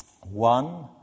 One